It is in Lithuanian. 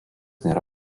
nėra